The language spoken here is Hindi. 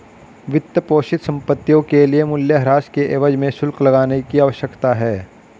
वित्तपोषित संपत्तियों के लिए मूल्यह्रास के एवज में शुल्क लगाने की आवश्यकता है